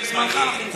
מסתכל בראי?